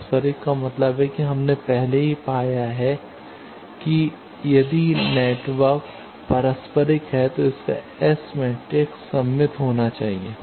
पारस्परिक का मतलब है कि हमने पहले ही पाया है कि यदि नेटवर्क पारस्परिक है तो इसका एस मैट्रिक्स सममित होना चाहिए